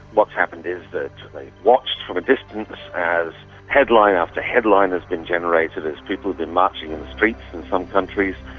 what's happened is that they've watched from a distance as headline after headline has been generated as people have been marching in the streets in some countries,